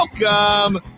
Welcome